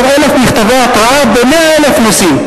1,000 מכתבי התרעה ב-100,000 נושאים,